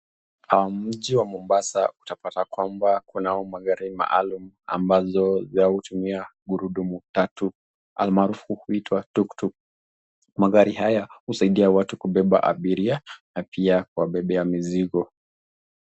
Mji wa Mombasa utapata kwamba kunayo magari maalum ambazo huwa hutumia magurudumu tatu almaarufu huitwa [tuktuk],magari Haya husaidia watu kubebea abiria na pia kuwabebea mizigo.